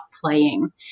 playing